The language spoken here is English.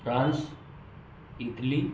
France Italy